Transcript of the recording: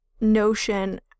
notion